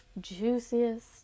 juiciest